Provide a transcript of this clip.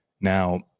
Now